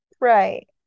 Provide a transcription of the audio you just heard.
Right